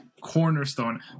cornerstone